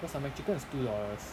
cause their mcchicken is two dollars